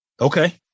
Okay